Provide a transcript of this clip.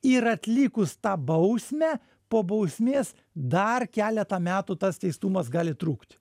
ir atlikus tą bausmę po bausmės dar keletą metų tas teistumas gali trukti